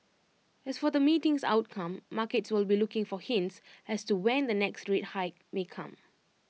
as for the meeting's outcome markets will be looking for hints as to when the next rate hike may come